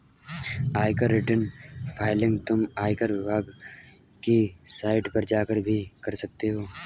आयकर return filing तुम आयकर विभाग की साइट पर जाकर भी कर सकते हो